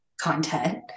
content